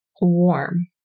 warm